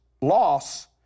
loss